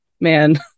man